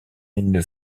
une